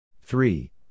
three